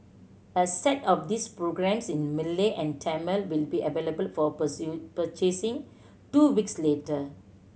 a set of these programmes in Malay and Tamil will be available for pursuit purchasing two weeks later